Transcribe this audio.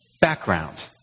background